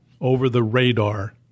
over-the-radar